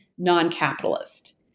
Non-capitalist